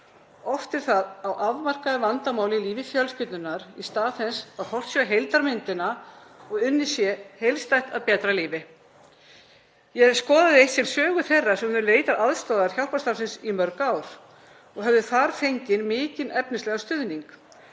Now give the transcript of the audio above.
Oft er það á afmarkað vandamál í lífi fjölskyldunnar í stað þess að horft sé á heildarmyndina og að unnið sé heildstætt að betra lífi. Ég skoðaði eitt sinn sögu þeirra sem höfðu leitað sér aðstoðar hjálparstarfsins í mörg ár og höfðu fengið þar mikinn efnislegan stuðning.